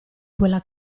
quella